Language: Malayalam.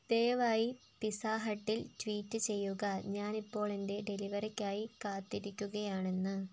ദയവായി പിസ്സ ഹട്ടിൽ ട്വീറ്റ് ചെയ്യുക ഞാൻ ഇപ്പോൾ എന്റെ ഡെലിവറിക്കായി കാത്തിരിക്കുകയാണെന്ന്